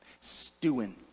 stewing